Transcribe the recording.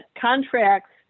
contracts